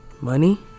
Money